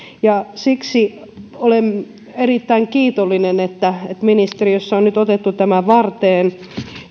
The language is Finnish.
siksi olen erittäin kiitollinen että ministeriössä on nyt otettu tämä varteen